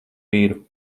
vīru